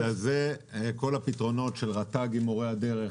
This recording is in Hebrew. בגלל זה כל הפתרונות של רט"ג עם מורי הדרך,